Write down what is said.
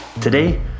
Today